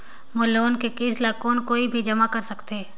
मोर loan के किस्त ल कौन कोई भी जमा कर सकथे?